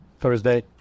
Thursday